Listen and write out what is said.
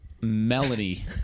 Melody